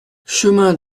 chemin